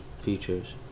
features